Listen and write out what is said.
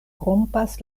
rompas